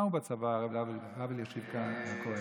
מה הוא בצבא, הרב אלישיב הכהן?